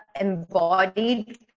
embodied